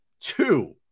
two